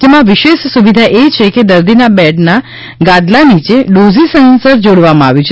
જેમાં વિશેષ સુવિધા એ છે કે દર્દીના બેડના ગાદલા નીચે ડોઝિ સેન્સર જોડવામાં આવ્યું છે